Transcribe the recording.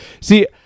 See